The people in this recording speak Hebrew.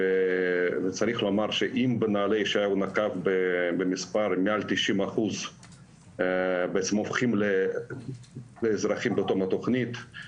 אם בנעל"ה מעל 90% הופכים לאזרחים בתום התוכנית,